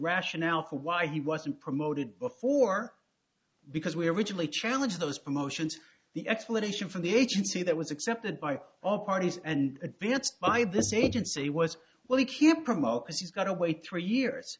rationale for why he wasn't promoted before because we originally challenged those promotions the explanation from the agency that was accepted by all parties and advanced by this agency was well you can't promote because you've got to wait three years